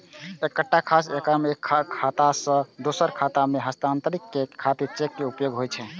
एकटा खास रकम एक खाता सं दोसर खाता मे हस्तांतरित करै खातिर चेक के उपयोग होइ छै